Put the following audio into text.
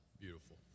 Beautiful